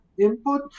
input